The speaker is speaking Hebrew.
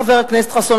חבר הכנסת חסון,